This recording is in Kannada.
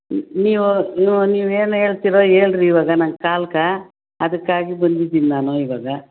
ನೀವು ನೀವು ನೀವೇನು ಹೇಳ್ತಿರೋ ಹೇಳಿರಿ ಈವಾಗ ನನ್ನ ಕಾಲ್ಗೆ ಅದಕ್ಕಾಗಿ ಬಂದಿದ್ದೀನಿ ನಾನು ಈವಾಗ